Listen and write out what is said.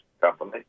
Company